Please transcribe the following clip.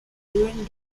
during